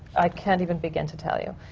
i can't even begin to tell you.